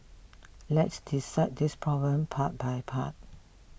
let's dissect this problem part by part